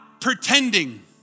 pretending